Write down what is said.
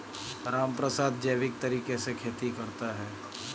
रामप्रसाद जैविक तरीके से खेती करता है